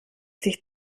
sich